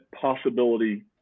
possibility